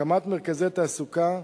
הקמת מרכזי תעסוקה,